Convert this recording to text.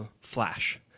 flash